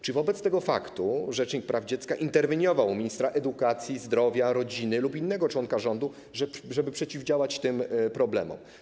Czy wobec tego faktu rzecznik praw dziecka interweniował u ministra edukacji, zdrowia, rodziny lub innego członka rządu, żeby przeciwdziałać tym problemom?